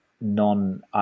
non